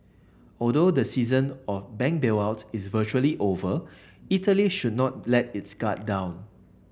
although the season of bank bailout is virtually over Italy should not let its guard down